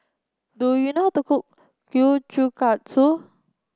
do you know how to cook Kiuchukatsu